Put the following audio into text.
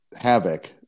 havoc